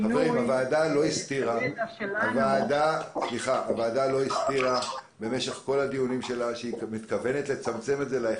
הוועדה לא הסתירה במשך כל הדיונים שלה שהיא מתכוונת לצמצם את זה להכרחי.